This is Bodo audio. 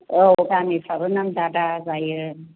औ गामिफ्राबो नाम जादा जायो